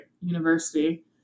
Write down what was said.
university